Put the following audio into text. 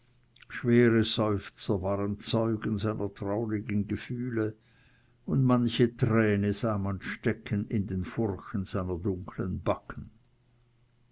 schwere seufzer waren zeugen seiner traurigen gefühle und manche träne sah man stecken in den furchen seiner dunkeln backen